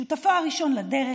שותפו הראשון לדרך,